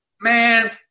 man